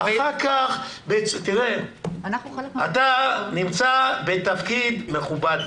אתה נמצא בתפקיד מכובד,